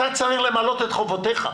אתה צריך למלא את חובותיך,